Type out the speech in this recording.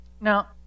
Now